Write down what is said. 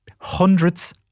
hundreds